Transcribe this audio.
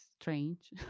strange